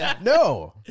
No